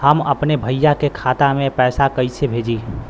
हम अपने भईया के खाता में पैसा कईसे भेजी?